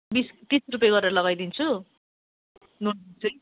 बिस तिस रुपियाँ गरेर लगाइदिन्छु नोटबुक चाहिँ